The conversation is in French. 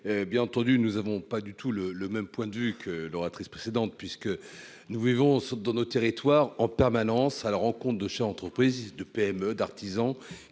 bien entendu, nous avons pas du tout le le même point de vue que l'oratrice précédente puisque nous vivons dans nos territoires en permanence à la rencontre de chez entreprises de PME d'artisans